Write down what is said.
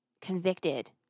convicted